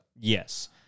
Yes